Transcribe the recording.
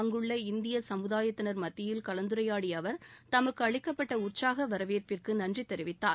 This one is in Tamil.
அங்குள்ள இந்திய சமூதாயத்தினர் மத்தியில் கலந்துரையாடி அவர் தமக்கு அளிக்கப்பட்ட உற்சாக வரவேற்பிற்கு நன்றி தெரிவித்தார்